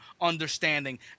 understanding